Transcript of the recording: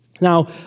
Now